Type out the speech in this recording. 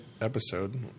episode